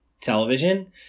television